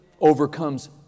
Overcomes